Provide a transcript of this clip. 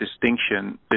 distinction